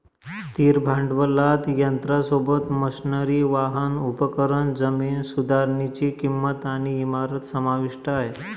स्थिर भांडवलात यंत्रासोबत, मशनरी, वाहन, उपकरण, जमीन सुधारनीची किंमत आणि इमारत समाविष्ट आहे